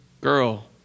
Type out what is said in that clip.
girl